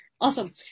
Awesome